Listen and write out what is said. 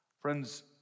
Friends